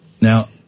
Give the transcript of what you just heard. Now